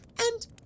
And